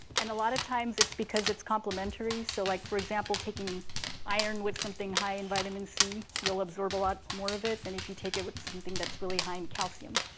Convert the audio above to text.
and a lot of times, it's because it's complementary. so like for example, taking iron with something high in vitamin c, you'll absorb a lot more of it than if you take it with something that's really high in calcium.